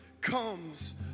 comes